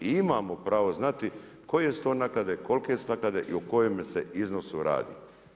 Imamo pravo znati koje su to naknade, kolike su te naknade i o kojem se iznosu radi.